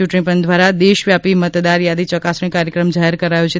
ચુંટણી પંચ ધ્વારા દેશવ્યાપી મતદાર યાદી ચકાસણી કાર્યક્રમ જાહેર કરાયો છે